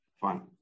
fine